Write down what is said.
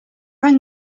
rang